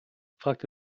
fragte